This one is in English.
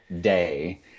day